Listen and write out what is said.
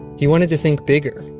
he wanted to think bigger.